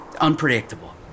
Unpredictable